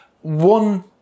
one